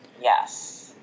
Yes